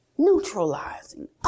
Neutralizing